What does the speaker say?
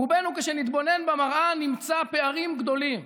רובנו, כשנתבונן במראה, נמצא פערים גדולים.